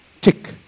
Tick